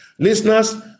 Listeners